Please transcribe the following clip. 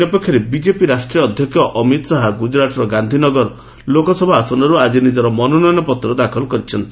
ଅନ୍ୟପକ୍ଷରେ ବିଜେପି ରାଷ୍ଟ୍ରୀୟ ଅଧ୍ୟକ୍ଷ ଅମିତ ଶାହା ଗୁକୁରାଟର ଗାନ୍ଧିନଗର ଲୋକସଭା ଆସନରୁ ଆଜି ନିଜର ମନୋନୟନପତ୍ର ଦାଖଲ କରିଛନ୍ତି